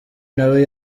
nawe